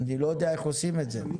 אני לא יודע איך עושים את זה.